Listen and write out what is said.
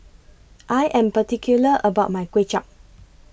I Am particular about My Kuay Chap